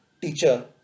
teacher